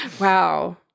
Wow